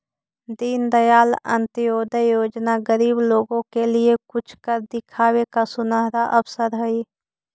दीनदयाल अंत्योदय योजना गरीब लोगों के लिए कुछ कर दिखावे का सुनहरा अवसर हई